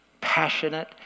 passionate